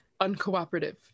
uncooperative